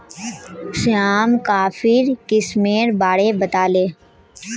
श्याम कॉफीर किस्मेर बारे बताले